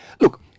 Look